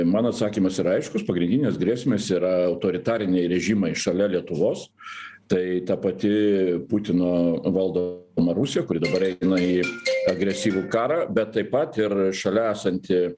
mano atsakymas yra aiškus pagrindinės grėsmės yra autoritariniai režimai šalia lietuvos tai ta pati putino valdoma rusija kuri dabar eina į agresyvų karą bet taip pat ir šalia esanti